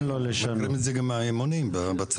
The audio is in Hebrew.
אנחנו מכירים את זה גם מהאימונים בצבא.